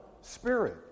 spirit